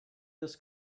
this